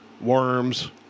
worms